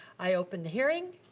i open the hearing.